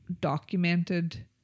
documented